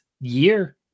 year